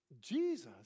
Jesus